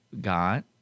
got